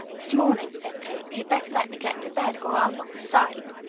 this morning, said kate. you better let me get to bed, or i'll look a sight.